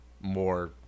more